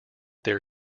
their